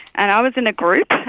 and i was in a group,